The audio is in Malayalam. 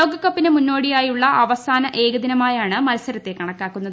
ലോകകപ്പിന് മുന്നോടിയായുള്ള അവസാന ഏകദിനമായാണ് മത്സരത്തെ കണക്കാക്കുന്നത്